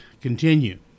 continue